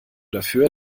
dafür